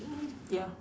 mm ya